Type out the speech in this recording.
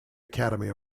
academy